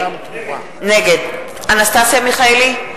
נגד אנסטסיה מיכאלי,